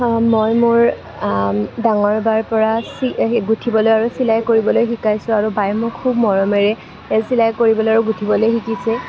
মই মোৰ ডাঙৰ বাৰ পৰা গোঁঠিবলৈ আৰু চিলাই কৰিবলৈ শিকাইছোঁ আৰু বায়ে মোক খুব মৰমেৰে চিলাই কৰিবলৈ আৰু গোঁঠিবলৈ শিকিছে